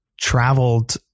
traveled